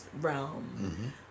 realm